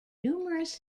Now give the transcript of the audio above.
numerous